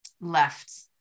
left